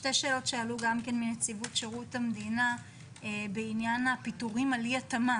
שתי שאלות שעלו גם מנציבות שירות המדינה על פיטורים על אי-התאמה